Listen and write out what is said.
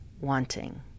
wanting